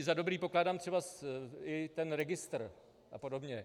Za dobrý pokládám třeba i ten registr apod.